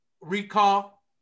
Recall